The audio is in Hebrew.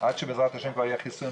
עד שיהיה חיסון,